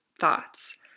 thoughts